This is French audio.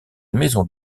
maison